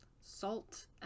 Salt